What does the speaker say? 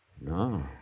No